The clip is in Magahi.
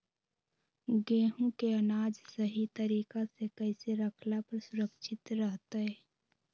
गेहूं के अनाज सही तरीका से कैसे रखला पर सुरक्षित रहतय?